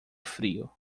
frio